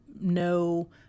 no